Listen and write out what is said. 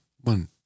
One